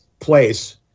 place